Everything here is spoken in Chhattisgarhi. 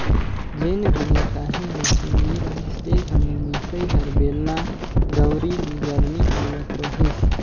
जेन घनी काही मसीन नी रहिस ते घनी मिसई हर बेलना, दउंरी बिगर नी होवत रहिस